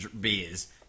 beers